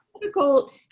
difficult